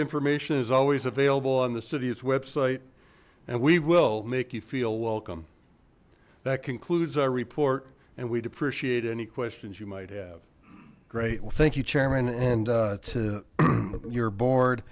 information is always available on the city's website and we will make you feel welcome that concludes our report and we'd appreciate any questions you might have great well thank you chairman and to your bo